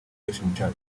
restoration